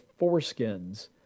foreskins